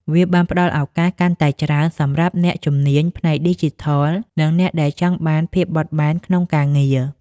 វាបានផ្តល់ឱកាសកាន់តែច្រើនសម្រាប់អ្នកជំនាញផ្នែកឌីជីថល និងអ្នកដែលចង់បានភាពបត់បែនក្នុងការងារ។